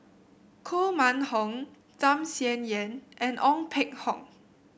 Koh Mun Hong Tham Sien Yen and Ong Peng Hock